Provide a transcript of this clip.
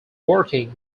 working